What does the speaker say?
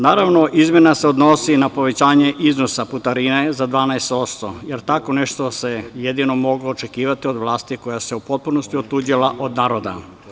Naravno, izmena se odnosi na povećanje iznosa putarine za 12%, jer tako nešto se jedino moglo očekivati od vlasti koja se u potpunosti otuđila od naroda.